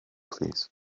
plîs